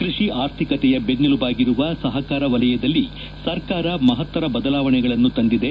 ಕೃಷಿ ಆರ್ಥಿಕತೆಯ ಬೆನ್ನೆಲುಬಾಗಿರುವ ಸಹಕಾರ ವಲಯದಲ್ಲಿ ಸರ್ಕಾರ ಮಹತ್ತರ ಬದಲಾವಣೆಗಳನ್ನು ತಂದಿದೆ